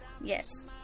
yes